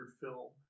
film